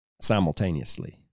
simultaneously